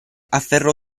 afferrò